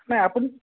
নাই আপুনি